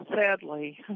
sadly